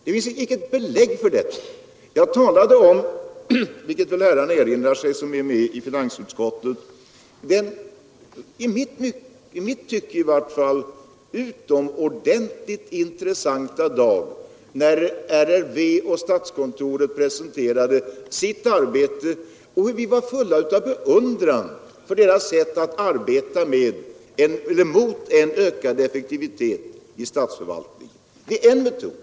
Det finns inget belägg härför. Jag talade om — vilket de herrar väl erinrar sig som är ledamöter av finansutskottet — den i mitt tycke i varje fall utomordentligt intressanta dag, när RRV och statskontoret presenterade sitt arbete. Vi var fulla av beundran för deras sätt att arbeta för en ökad effektivisering av statsförvaltningen. Det var en metod.